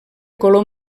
color